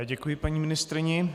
Děkuji paní ministryni.